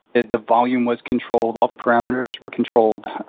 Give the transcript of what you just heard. the the volume was controlled. all the parameters were controlled.